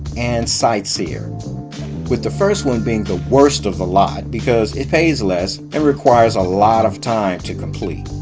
and sightseer with the first one being the worst of the lot because it pays less and requires a lot of time to complete.